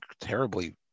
terribly